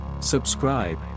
Subscribe